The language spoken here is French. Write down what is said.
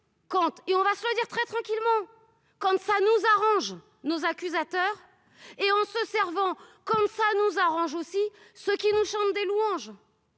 compte et on va se le dire très tranquillement comme ça nous arrange nos accusateurs et on se Servent comme ça nous arrange aussi, ce qui nous chantent des louanges